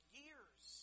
years